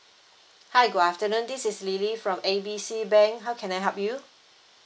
hi good afternoon this is lily from A B C bank how can I help you